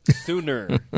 Sooner